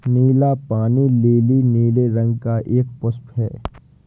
नीला पानी लीली नीले रंग का एक पुष्प है